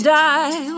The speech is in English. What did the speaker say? die